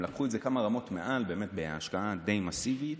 הם לקחו את זה כמה רמות מעל בהשקעה די מסיבית